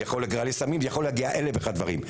זה יכול להגיע לסמים וזה יכול להגיע לאלף ואחד דברים.